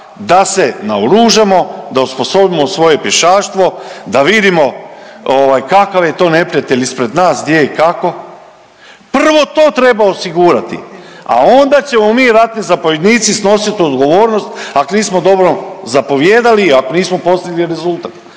da se naoružamo, da osposobimo svoje pješaštvo, da vidimo ovaj, kakav je to neprijatelj ispred nas, gdje i kako, prvo to treba osigurati, a onda ćemo mi ratni zapovjednici snosit odgovornost, ako nismo dobro zapovijedali, ako nisu postigli rezultat.